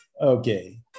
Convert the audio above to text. Okay